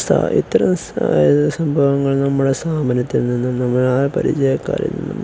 ഇത്തരം സംഭവങ്ങൾ നമ്മുടെ സ്ഥാപനത്തിൽ നിന്നും നമ്മെ ആ പരിചയക്കരിൽ